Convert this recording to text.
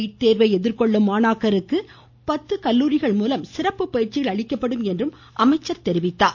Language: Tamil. நீட் தேர்வை எதிர்கொள்ளும் மாணாக்கருக்கு பத்து கல்லுாரிகள் மூலம் சிறப்பு பயிற்சிகள் அளிக்கப்படும் என்றும் அமைச்சர் கூறினார்